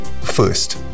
first